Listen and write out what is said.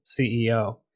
ceo